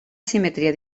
simetria